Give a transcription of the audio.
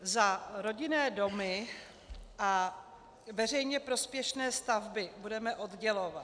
Za rodinné domy a veřejně prospěšné stavby budeme oddělovat.